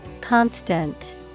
Constant